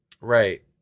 Right